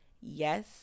Yes